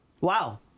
Wow